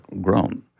grown